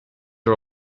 are